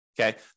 Okay